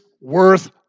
worth